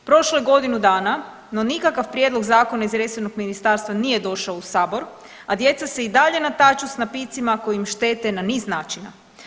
Prošlo je godinu dana, no nikakav prijedlog zakona iz resornog ministarstva nije došao u sabor, a djeca se i dalje nataču s napicima koji im štete na niz načina.